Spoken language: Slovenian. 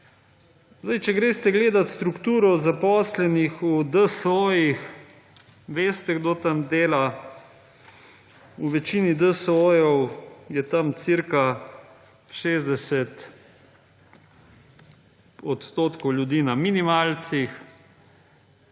Zdaj, če greste gledati strukturo zaposlenih v DSO, veste kdo tam dela. V večini DSO je tam ca 60 % ljudi na minimalcih,